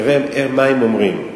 תראה מה הם אומרים.